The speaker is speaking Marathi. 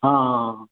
हां हां